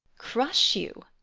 crush you?